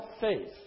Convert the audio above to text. faith